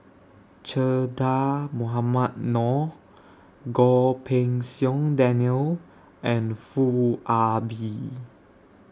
Che Dah Mohamed Noor Goh Pei Siong Daniel and Foo Ah Bee